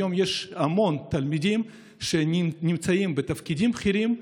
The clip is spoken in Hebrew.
היום יש המון תלמידים שנמצאים בתפקידים בכירים,